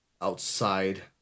outside